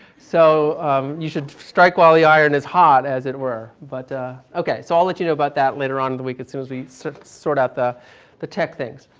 so you should strike while the iron is hot, as it were. but okay, so i'll let you know about that later on in the week as soon as we sort sort out the the tech things.